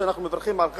ואנחנו מברכים על כך.